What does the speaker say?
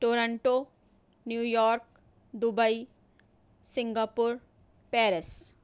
Toronto New York Dubai Singapore Paris